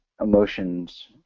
emotions